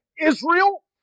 Israel